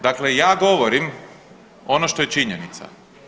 Dakle ja govorim ono što je činjenica.